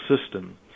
system